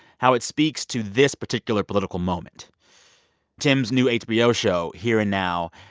how it speaks to this particular political moment tim's new hbo show, here and now,